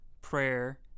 prayer